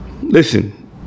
listen